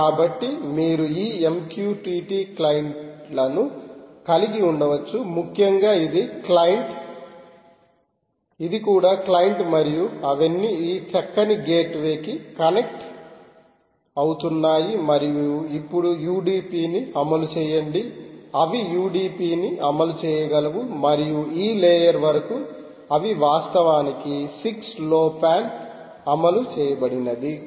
కాబట్టి మీరు ఈ MQTT క్లయింట్ల ను కలిగి ఉండవచ్చు ముఖ్యంగా ఇది క్లయింట్ ఇది కూడా క్లయింట్ మరియు అవన్నీ ఈ చక్కని గేట్వే కి కనెక్ట్ అవుతున్నాయి మరియు ఇప్పుడు యుడిపిని అమలు చేయండి అవి యుడిపిని అమలు చేయగలవు మరియు ఈ లేయర్ వరకు అవి వాస్తవానికి 6 లో పాన్ అమలు చేయాబడినధి